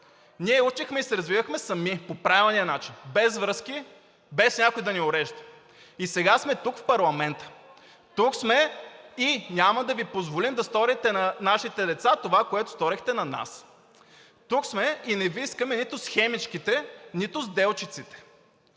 Ние учехме и се развивахме сами – по правилния начин – без връзки, без някой да ни урежда! И сега сме тук в парламента. Тук сме и няма да Ви позволим да сторите на нашите деца това, което сторихте на нас! Тук сме и не Ви искаме нито схемичките, нито сделчиците.